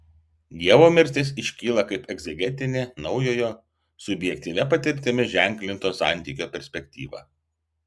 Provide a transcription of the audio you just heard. dievo mirtis iškyla kaip egzegetinė naujojo subjektyvia patirtimi ženklinto santykio perspektyva